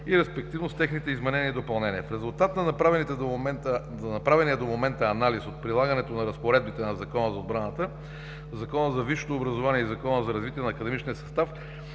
и респективно с техните изменения и допълнения. В резултат на направения до момента анализ от прилагането на разпоредбите на Закона за отбраната, Закона за висшето образование и Закона за развитие на академичния състав,